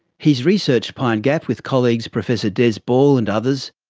he's researched pine gap with colleagues professor des ball and others,